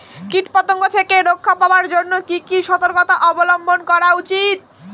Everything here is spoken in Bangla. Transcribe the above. কীটপতঙ্গ থেকে রক্ষা পাওয়ার জন্য কি কি সর্তকতা অবলম্বন করা উচিৎ?